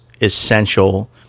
essential